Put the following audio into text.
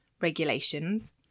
regulations